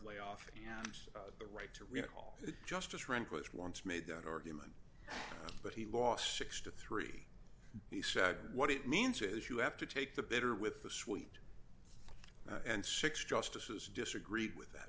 layoffs and the right to recall justice rehnquist once made that argument but he lost six to three he said what it means is you have to take the bitter with the sweet and six justices disagreed with